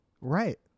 right